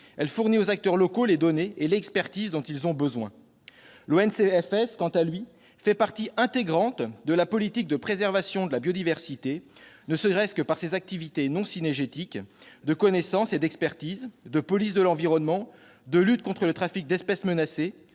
elle fournit aux acteurs locaux les données et l'expertise dont ils ont besoin. L'ONCFS, quant à lui, fait partie intégrante de la politique de préservation de la biodiversité, ne serait-ce que par ses activités « non cynégétiques » de connaissance et d'expertise, de police de l'environnement, de lutte contre le trafic d'espèces menacées,